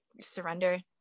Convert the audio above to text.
surrender